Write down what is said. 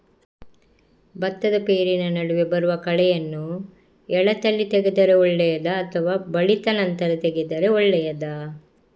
ಭತ್ತದ ಪೈರಿನ ನಡುವೆ ಬರುವ ಕಳೆಯನ್ನು ಎಳತ್ತಲ್ಲಿ ತೆಗೆದರೆ ಒಳ್ಳೆಯದಾ ಅಥವಾ ಬಲಿತ ನಂತರ ತೆಗೆದರೆ ಒಳ್ಳೆಯದಾ?